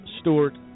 Stewart